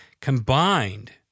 combined